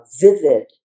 vivid